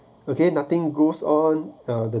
okay nothing goes on